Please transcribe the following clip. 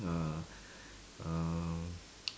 ah um